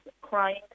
crying